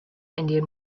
indian